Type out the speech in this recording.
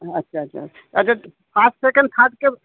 আচ্ছা আচ্ছা আচ্ছা আচ্ছা ফাস্ট সেকেন্ড থার্ডকে